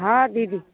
हँ दीदी